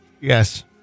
yes